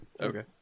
Okay